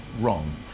wrong